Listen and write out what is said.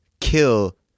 kill